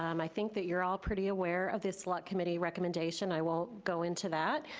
um i think that you're all pretty aware of this lot committee recommendation. i won't go into that,